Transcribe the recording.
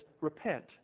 Repent